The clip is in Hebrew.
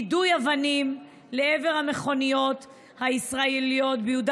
יידויי אבנים לעבר המכוניות הישראליות ביהודה